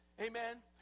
amen